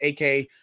AK